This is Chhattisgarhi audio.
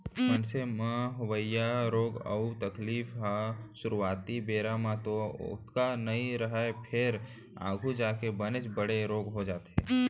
मनसे म होवइया रोग अउ तकलीफ ह सुरूवाती बेरा म तो ओतका नइ रहय फेर आघू जाके बनेच बड़े रोग हो जाथे